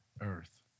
earth